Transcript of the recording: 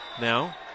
now